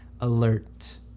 alert